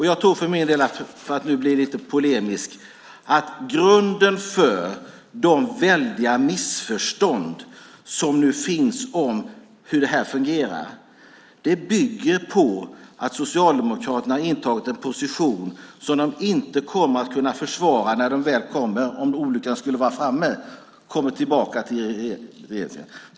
Jag tror för min del, för att bli lite polemisk, att de väldiga missförstånd som råder om hur detta fungerar grundar sig på att Socialdemokraterna har intagit en position som de inte kommer att kunna försvara när de väl - om olyckan skulle vara framme - kommer tillbaka till makten.